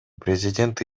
президент